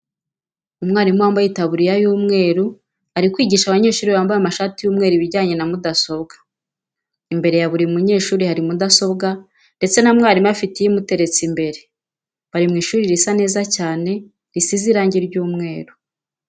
Umwarimu wambaye itaburiya y'umweru ari kwigisha abanyeshuri bambaye amashati y'umweru ibijyanye na mudasobwa. Imbere ya buri munyeshuri hari mudasobwa ndetse na mwarimu afite iye imuteretse imbere. Bari mu ishuri risa neza cyane, risize irange ry'umweru.